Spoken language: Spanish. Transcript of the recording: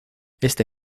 este